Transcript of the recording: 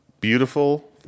beautiful